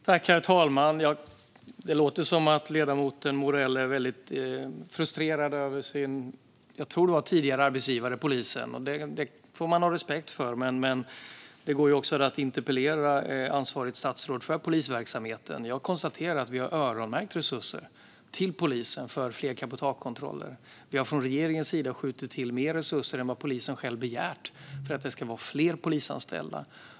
Herr talman! Det låter som att ledamoten Morell är väldigt frustrerad över polisen, som jag tror är hans tidigare arbetsgivare. Det får man ha respekt för, men det går också att interpellera det statsråd som har ansvar för polisverksamheten. Jag konstaterar att vi har öronmärkt resurser till polisen för fler cabotagekontroller. Vi har från regeringens sida skjutit till mer resurser än vad polisen själv har begärt för att det ska bli fler polisanställda.